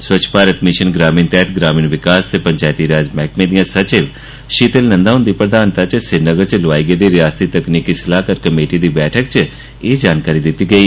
स्वच्छ Bharat mission ग्रामीण तैह्त ग्रामीण विकास ते पंचैती राज मैह्कमें दिआं सचिव शीतल नंदा हुंदी प्रधानता च श्रीनगर च लौआई गेदी रियासती तकनीकी सलाहकार कमेटी दी बैठक च एह् जानकारी दित्ती गेई